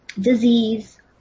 disease